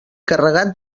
carregat